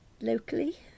locally